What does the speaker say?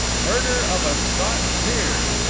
murder of a scotch peer.